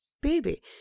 baby